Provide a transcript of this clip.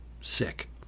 sick